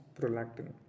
prolactin